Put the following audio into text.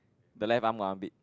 the left arm got armpit